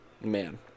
Man